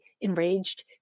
enraged